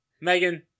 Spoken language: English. Megan